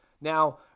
Now